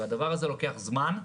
והדבר הזה לוקח זמן.